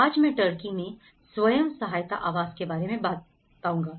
आज मैं टर्की में स्वयं सहायता आवास के बारे में बात करूंगा